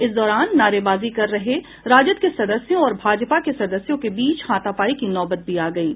इस दौरान नारेबाजी कर रहे राजद के सदस्यों और भाजपा के सदस्यों के बीच हाथापाई की नौबत भी आ गयी